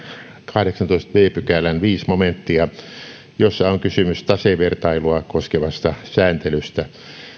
kahdeksannentoista b pykälän viides momenttia jossa on kysymys tasevertailua koskevasta sääntelystä